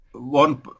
One